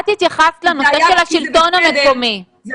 את התייחסת לבעיה של השלטון המקומי --- אם